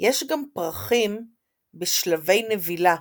יש גם פרחים בשלבי נבילה,